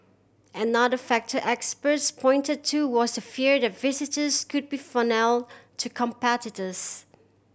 another factor experts pointed to was the fear that visitors could be funnel to competitors